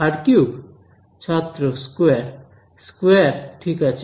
আর cube ছাত্র square square ঠিক আছে